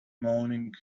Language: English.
morning